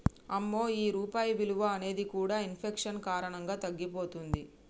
అమ్మో ఈ రూపాయి విలువ అనేది కూడా ఇన్ఫెక్షన్ కారణంగా తగ్గిపోతుంది